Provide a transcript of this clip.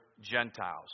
Gentiles